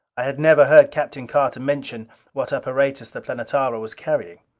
i had never heard captain carter mention what apparatus the planetara was carrying.